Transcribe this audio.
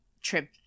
trip